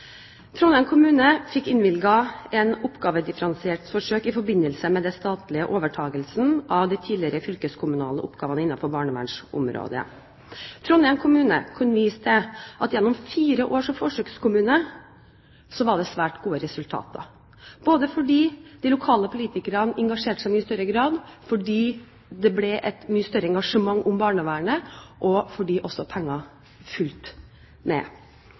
Trondheim kommune fikk innvilget et oppgavedifferensieringsforsøk i forbindelse med den statlige overtakelsen av de tidligere fylkeskommunale oppgavene innenfor barnevernsområdet. Trondheim kommune kunne vise til at man gjennom fire år som forsøkskommune fikk svært gode resultater, både fordi de lokale politikerne engasjerte seg i mye større grad, fordi det ble et mye større engasjement om barnevernet, og fordi det fulgte med penger.